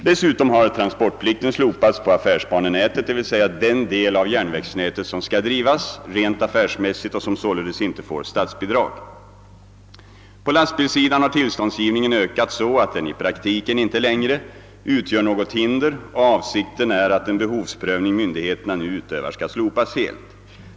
Dessutom har transportplikten slopats på affärsbanenätet, d.v.s. den del av järnvägsnätet som skall drivas rent affärsmässigt och som således inte får statsbidrag. På lastbilssidan har tillståndsgivningen ökat så att den i praktiken inte längre utgör något hinder, och avsikten är att den behovsprövning myndigheterna nu utövar skall slopas helt.